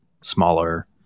smaller